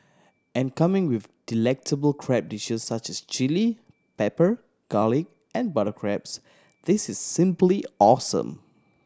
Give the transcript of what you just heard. and coming with delectable crab dishes such as chilli pepper garlic and butter crabs this is simply awesome